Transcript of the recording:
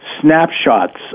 snapshots